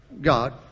God